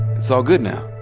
it's all good now.